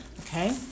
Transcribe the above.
okay